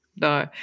No